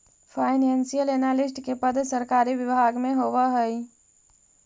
financial analyst के पद सरकारी विभाग में होवऽ हइ